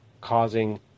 Causing